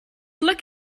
look